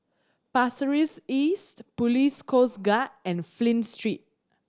Pasir Ris East Police Coast Guard and Flint Street